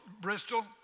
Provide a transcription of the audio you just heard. Bristol